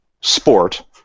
sport